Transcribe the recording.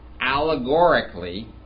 allegorically